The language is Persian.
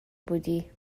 بودی